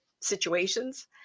situations